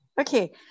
Okay